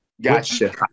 Gotcha